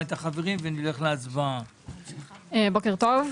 בדיון הקודם